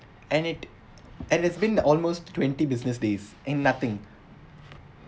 and it and it's been almost twenty business days and nothing